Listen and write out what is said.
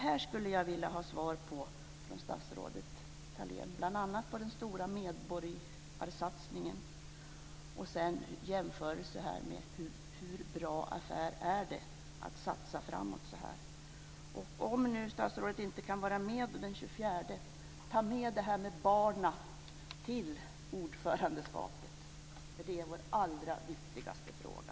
på frågan om den stora medborgarsatsningen och på hur bra affär det är att satsa framåt. Om nu statsrådet inte kan vara med på mötet den 24 januari, ta då med detta med barnen till ordförandeskapet, för det är vår allra viktigaste fråga.